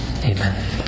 amen